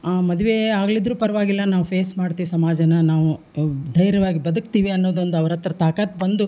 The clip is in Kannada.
ಆ ಮದುವೆ ಆಗ್ದಿದ್ರು ಪರ್ವಾಗಿಲ್ಲ ನಾವು ಫೇಸ್ ಮಾಡ್ತೀವಿ ಸಮಾಜನ ನಾವು ಧೈರ್ಯವಾಗಿ ಬದುಕ್ತೀವಿ ಅನ್ನೋದೊಂದು ಅವ್ರ ಹತ್ರ ತಾಕತ್ತು ಬಂದು